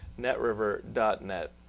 NetRiver.net